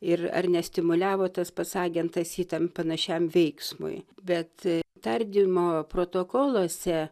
ir ar nestimuliavo tas pats agentas jį tam panašiam veiksmui bet tardymo protokoluose